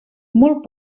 molt